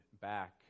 back